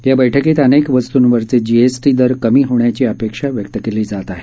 या बैठकीत अनेक वस्तूंवरचे जीएसटी दर कमी होण्याची अपेक्षा व्यक्त केली जात आहे